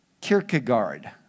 Kierkegaard